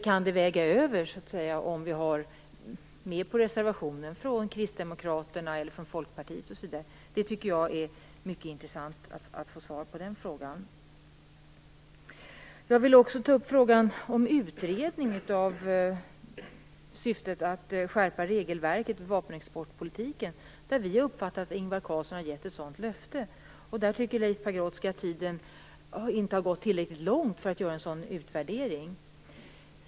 Kan det väga över om vi har med oss Det vore mycket intressant att få svar på den frågan. Jag vill också ta upp frågan om utredning av att skärpa regelverket för vapenexportpolitiken. Vi har uppfattat att Ingvar Carlsson har givit ett sådant löfte. Leif Pagrotsky tycker inte att det har gått tillräckligt lång tid för att göra en sådan utvärdering.